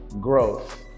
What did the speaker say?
growth